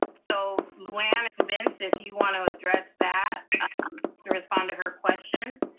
so lou anne, vince, if you wanna address that um to respond to her question.